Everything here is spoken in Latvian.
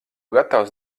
gatavs